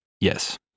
Yes